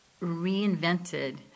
reinvented